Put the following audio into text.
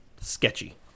sketchy